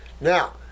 Now